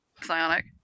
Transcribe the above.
psionic